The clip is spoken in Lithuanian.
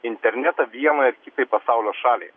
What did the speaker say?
internetą vienai ar kitai pasaulio šaliai